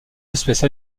espèces